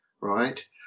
right